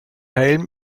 helm